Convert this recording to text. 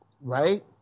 right